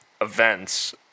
events